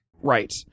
right